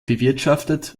bewirtschaftet